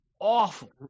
Awful